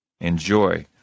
enjoy